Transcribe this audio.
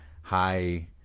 high